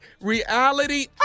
reality